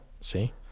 see